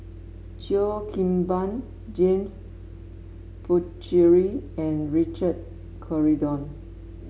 Cheo Kim Ban James Puthucheary and Richard Corridon